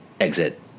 exit